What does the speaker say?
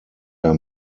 der